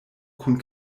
kun